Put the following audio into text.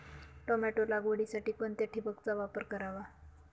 Tomato लागवडीसाठी कोणत्या ठिबकचा वापर करावा?